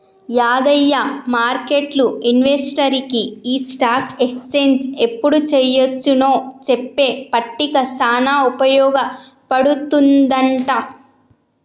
యాదయ్య మార్కెట్లు ఇన్వెస్టర్కి ఈ స్టాక్ ఎక్స్చేంజ్ ఎప్పుడు చెయ్యొచ్చు నో చెప్పే పట్టిక సానా ఉపయోగ పడుతుందంట